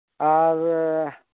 ᱟᱨᱻ